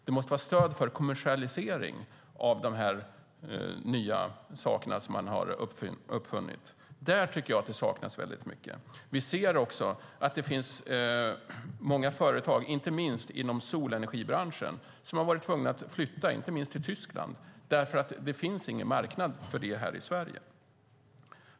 Det måste finnas stöd för kommersialisering av de nya saker som man har uppfunnit. Där tycker jag att det saknas väldigt mycket. Vi ser också att det finns många företag, inte minst inom solenergibranschen, som har varit tvungna att flytta, ofta till Tyskland, därför att det inte finns någon marknad för dem här i Sverige.